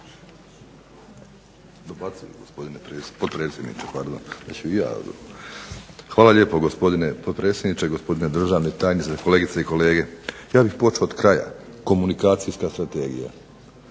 Hvala lijepo. gospodine potpredsjedniče, gospodine državni tajniče, kolegice i kolege zastupnici. Ja bih počeo od kraja. Komunikacijska strategija.